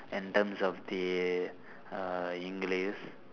in terms of the uh english